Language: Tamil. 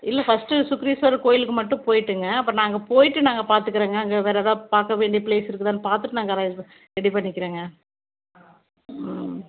இல்லை ஃபர்ஸ்ட்டு சுக்ரீஸ்வரர் கோயிலுக்கு மட்டும் போய்விட்டுங்க அப்புறம் நாங்கள் போய்விட்டு நாங்கள் பார்த்துக்குறோங்க அங்கே வேறு எதாவது பார்க்கவேண்டிய ப்ளேஸ் இருக்குதான்னு பார்த்துட்டு நாங்கள் அரேஞ்ச் ப ரெடி பண்ணிக்கிறோங்க ம்